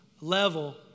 Level